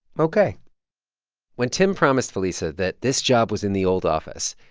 ok when tim promised felisa that this job was in the old office,